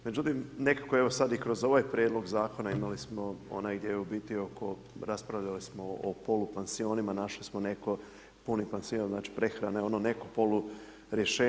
Međutim, nekako evo sad i kroz ovaj prijedlog zakona imali smo ovaj, gdje je u biti oko, raspravljali smo o polupansionima, našli smo neko puni pansion, znači prehrane, ono neko polurješenje.